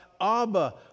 Abba